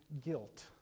guilt